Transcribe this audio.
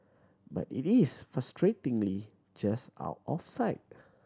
but it is frustratingly just out of sight